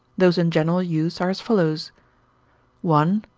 those in general use are as follows one.